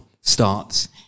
starts